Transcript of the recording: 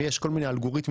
יש כל מיני אלגוריתמים,